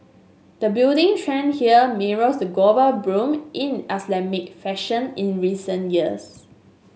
the budding trend here mirrors the global boom in Islamic fashion in recent years